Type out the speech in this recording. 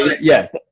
Yes